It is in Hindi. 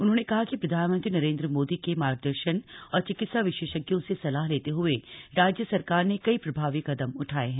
उन्होंने कहा कि प्रधानमंत्री नरेन्द्र मोदी के मार्गदर्शन और चिकित्सा विशेषज्ञों से सलाह लेते हुए राज्य सरकार ने कई प्रभावी कदम उठाए हैं